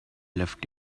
left